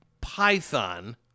python